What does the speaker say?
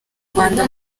rwanda